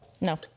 No